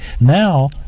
now